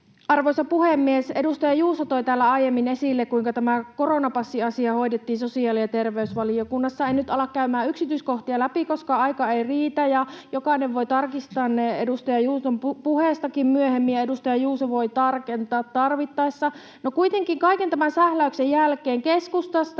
Arvoisa puhemies! Edustaja Juuso toi täällä aiemmin esille, kuinka tämä koronapassiasia hoidettiin sosiaali‑ ja terveysvaliokunnassa. En nyt ala käymään yksityiskohtia läpi, koska aika ei riitä ja jokainen voi tarkistaa ne edustaja Juuson puheestakin myöhemmin ja edustaja Juuso voi tarkentaa tarvittaessa. No, kuitenkin kaiken tämän sähläyksen jälkeen keskustasta